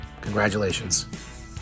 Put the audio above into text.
Congratulations